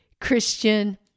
Christian